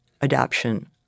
adoption